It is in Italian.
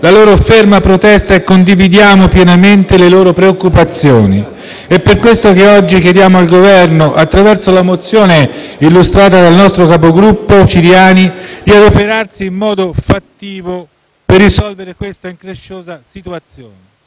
la loro ferma protesta e condividiamo pienamente le loro preoccupazioni. È per questo che oggi chiediamo al Governo, attraverso la mozione illustrata dal nostro capogruppo Ciriani, di adoperarsi in modo fattivo per risolvere questa incresciosa situazione.